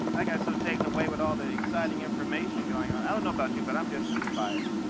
i got so taken away with all the exciting information going on. i don't know about you, but i'm just inspired,